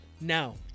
now